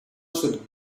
should